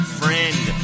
friend